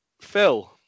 Phil